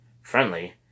friendly